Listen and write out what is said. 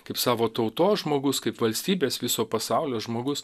kaip savo tautos žmogus kaip valstybės viso pasaulio žmogus